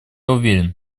уверен